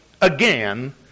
again